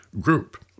group